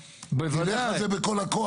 אנחנו נלך על זה בכל הכוח.